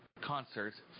concerts